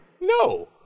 No